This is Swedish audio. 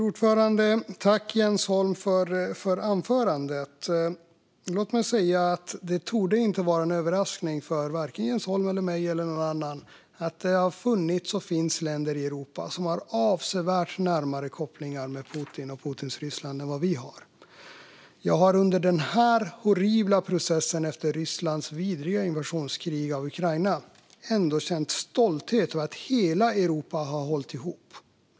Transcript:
Fru talman! Tack, Jens Holm, för inlägget! Det torde inte vara en överraskning för vare sig Jens Holm, mig eller någon annan att det har funnits och finns länder i Europa som har avsevärt närmare kopplingar till Putin och Putins Ryssland än vad vi i Sverige har. Jag har under den här horribla processen, efter Rysslands vidriga invasionskrig mot Ukraina, ändå känt stolthet över att hela Europa har hållit ihop.